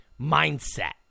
mindset